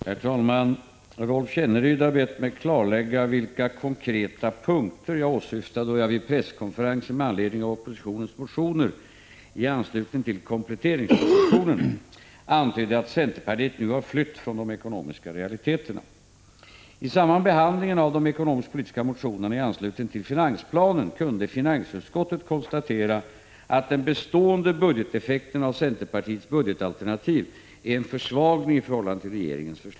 Herr talman! Rolf Kenneryd har bett mig klarlägga vilka konkreta punkter jag åsyftade då jag vid presskonferensen med anledning av oppositionens motioner i anslutning till kompletteringspropositionen antydde att centerpartiet nu har flytt från de ekonomiska realiteterna. I samband med behandlingen av de ekonomisk-politiska motionerna i anslutning till finansplanen kunde finansutskottet konstatera att den bestående budgeteffekten av centerpartiets budgetalternativ är en försvagning i förhållande till regeringens förslag.